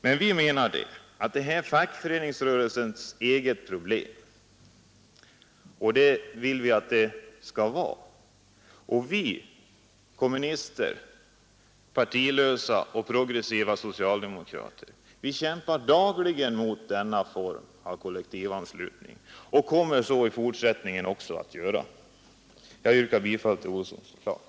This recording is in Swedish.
Men vi menar att det hä; fackföreningsrörelsens eget problem, och det vill vi att det skall vara. Vi kommunister, partilösa och progressiva socialdemokrater kämpar dagligen mot denna form av kollektivanslutning och kommer att så göra i fortsättningen också. Herr talman! Jag yrkar bifall till herr Olssons i Stockholm